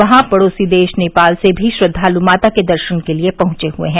वहां पढ़ोसी देश नेपाल से भी श्रद्धालु माता के दर्शन के लिए पहुंचे हुए हैं